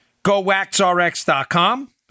GoWaxRx.com